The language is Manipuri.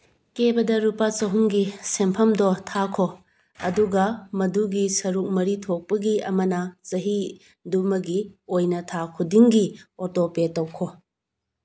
ꯀꯦꯕꯗ ꯂꯨꯄꯥ ꯆꯍꯨꯝꯒꯤ ꯁꯦꯟꯐꯝꯗꯣ ꯊꯥꯈꯣ ꯑꯗꯨꯒ ꯃꯗꯨꯒꯤ ꯁꯔꯨꯛ ꯃꯔꯤ ꯊꯣꯛꯄꯒꯤ ꯑꯃꯅ ꯆꯍꯤꯗꯨꯃꯒꯤ ꯑꯣꯏꯅ ꯊꯥ ꯈꯨꯗꯤꯡꯒꯤ ꯑꯣꯇꯣ ꯄꯦ ꯇꯧꯈꯣ